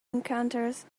encounters